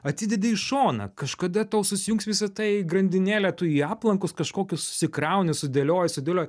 atidedi į šoną kažkada tau susijungs visa tai į grandinėlę tu į aplankus kažkokius susikrauni sudėlioji sudėlioji